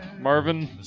Marvin